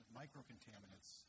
microcontaminants